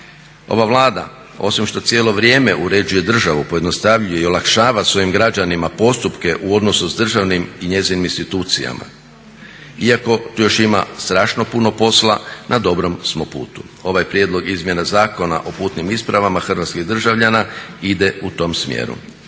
Ova Vlada osim što cijelo vrijeme uređuje državu, pojednostavljuje i olakšava svojim građanima postupke u odnosu sa državnim i njezinim institucijama. Iako tu još ima strašno puno posla, na dobrom smo putu. Ovaj prijedlog izmjena zakona o putnim ispravama hrvatskih državljana ide u tom smjeru.